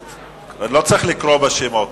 אני לא צריך לקרוא בשמות.